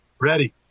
Ready